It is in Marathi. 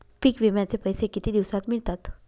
पीक विम्याचे पैसे किती दिवसात मिळतात?